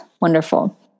Wonderful